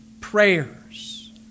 prayers